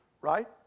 right